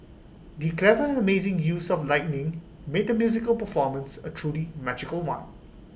the clever and amazing use of lighting made the musical performance A truly magical one